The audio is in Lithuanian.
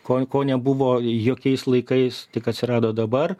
ko ko nebuvo jokiais laikais tik atsirado dabar